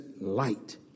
light